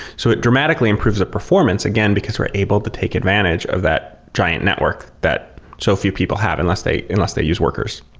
so it dramatically improve the performance again, because we're able to take advantage of that giant network that so few people have unless they they use workers.